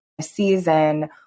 season